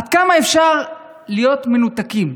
עד כמה אפשר להיות מנותקים?